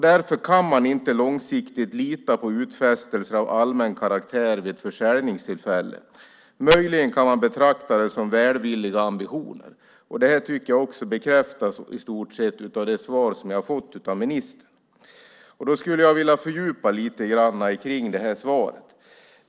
Därför kan man inte långsiktigt lita på utfästelser av allmän karaktär vid ett försäljningstillfälle. Möjligen kan man betrakta det som välvilliga ambitioner. Det bekräftas i stort sett av det svar jag har fått av ministern. Jag vill göra en fördjupning av svaret.